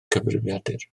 cyfrifiadur